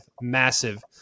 massive